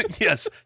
Yes